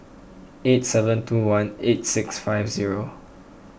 eight seven two one eight six five zero